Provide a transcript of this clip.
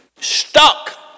stuck